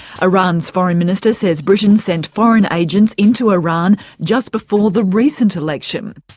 iran's foreign minister says britain sent foreign agents into iran just before the recent election.